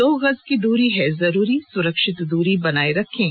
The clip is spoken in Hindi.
दो गज की दूरी है जरूरी सुरक्षित दूरी बनाए रखें